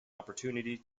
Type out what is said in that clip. opportunity